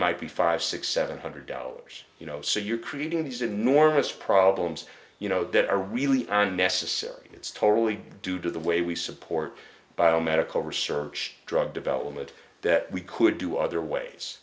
might be five six seven hundred dollars you know so you're creating these enormous problems you know that are really unnecessary it's totally due to the way we support biomedical research drug development that we could do other ways